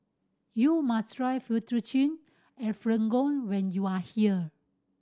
you must try Fettuccine Alfredo when you are here